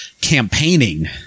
campaigning